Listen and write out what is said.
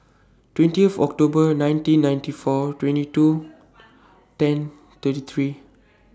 twentieth October nineteen ninety four twenty two ten thirty three